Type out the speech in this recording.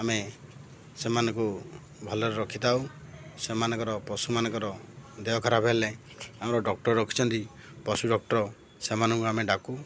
ଆମେ ସେମାନଙ୍କୁ ଭଲରେ ରଖିଥାଉ ସେମାନଙ୍କର ପଶୁମାନଙ୍କର ଦେହ ଖରାପ ହେଲେ ଆମର ଡ଼କ୍ଟର୍ ରଖିଛନ୍ତି ପଶୁ ଡ଼କ୍ଟର୍ ସେମାନଙ୍କୁ ଆମେ ଡ଼ାକୁ